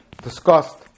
discussed